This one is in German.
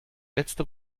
letzte